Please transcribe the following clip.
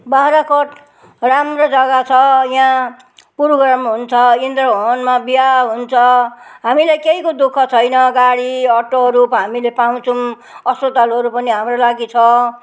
बाग्राकोट राम्रो जग्गा छ यहाँ प्रोग्राम हुन्छ इन्द्र भवनमा बिहा हुन्छ हामीले केहीको दुख छैन गाडी अटोहरू हामीले पाउँछौँ अस्पतालहरू पनि हाम्रो लागि छ